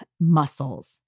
muscles